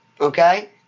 Okay